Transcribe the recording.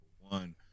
one